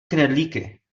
knedlíky